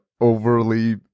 overly